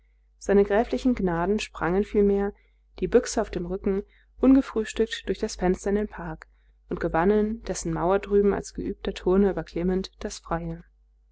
seine gräflichen gnaden sprangen vielmehr die büchse auf dem rücken ungefrühstückt durch das fenster in den park und gewannen dessen mauer drüben als geübter turner überklimmend das freie